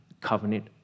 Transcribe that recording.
covenant